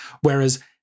Whereas